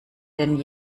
den